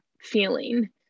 feeling